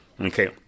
Okay